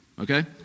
okay